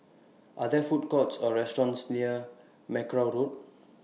Are There Food Courts Or restaurants near Mackerrow Road